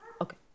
Okay